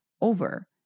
over